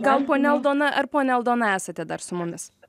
gal ponia aldona ar ponia aldona esate dar su mumis